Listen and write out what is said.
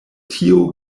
tio